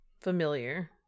familiar